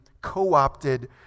co-opted